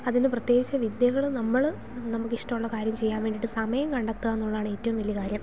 അതിന് പ്രത്യേകിച്ചു വിദ്യകൾ നമ്മൾ നമുക്ക് ഇഷ്ടമുള്ള കാര്യം ചെയ്യാൻ വേണ്ടിയിട്ട് സമയം കണ്ടെത്തുക എന്നുള്ളതാണ് ഏറ്റവും വലിയ കാര്യം